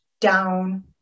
down